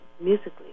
musically